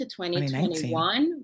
2021